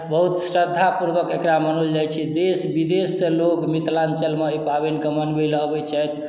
बहुत श्रद्धा पूर्वक एकरा मनाओल जाइ छै देश विदेश सँ लोग मिथिलाञ्चल मे एहि पाबनि के मनबै लए अबै छथि